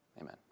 amen